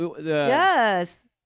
Yes